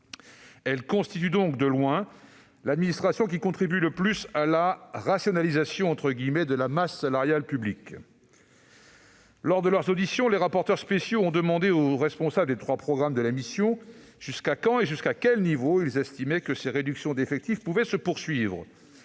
est donc de loin celle qui contribue le plus à la « rationalisation » de la masse salariale publique. Lors de leurs auditions, les rapporteurs spéciaux ont demandé aux responsables des trois programmes de la mission jusqu'à quand et à quel niveau ils estimaient que ces réductions d'effectifs pouvaient se poursuivre.